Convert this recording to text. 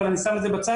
אבל אני שם את זה בצד,